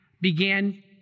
began